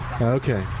Okay